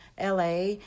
la